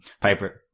Piper